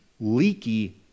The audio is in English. leaky